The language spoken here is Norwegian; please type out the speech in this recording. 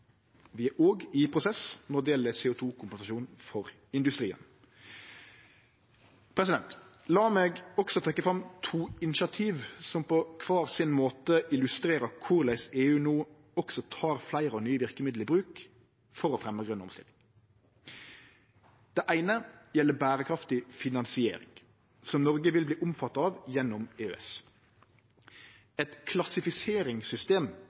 Vi er òg i prosess når det gjeld CO 2 -kompensasjon for industrien. La meg også trekkje fram to initiativ som på kvar sin måte illustrerer korleis EU no også tek fleire og nye verkemiddel i bruk for å fremje grøn omstilling. Det eine gjeld berekraftig finansiering, som Noreg vil verte omfatta av gjennom EØS. Eit klassifiseringssystem